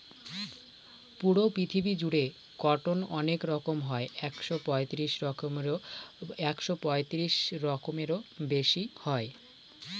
পুরো পৃথিবী জুড়ে কটন অনেক রকম হয় একশো পঁয়ত্রিশ রকমেরও বেশি হয়